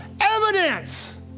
evidence